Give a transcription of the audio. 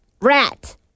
Rat